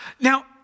Now